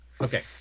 Okay